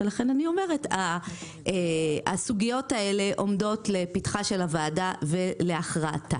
ולכן אני אומרת שהסוגיות האלה עומדות לפתחה של הוועדה ולהכרעתה.